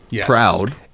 proud